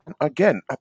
Again